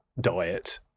diet